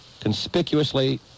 conspicuously